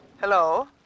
Hello